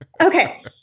okay